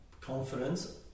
confidence